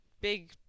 big